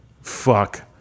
Fuck